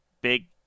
Big